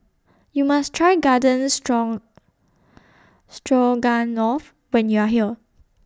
YOU must Try Garden strong Stroganoff when YOU Are here